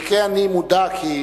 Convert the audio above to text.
במקרה אני מודע, כי